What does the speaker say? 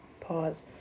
Pause